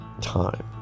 time